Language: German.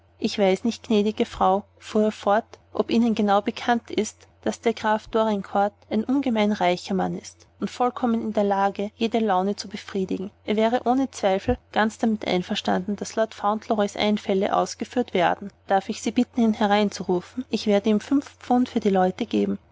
ich weiß nicht gnädige frau fuhr er fort ob ihnen genau bekannt ist daß der graf dorincourt ein ungemein reicher mann ist und vollkommen in der lage jede laune zu befriedigen er wäre ohne zweifel ganz damit einverstanden daß lord fauntleroys einfälle ausgeführt werden darf ich sie bitten ihn hereinzurufen ich werde ihm fünf pfund für die leute geben